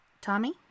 Tommy